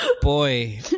Boy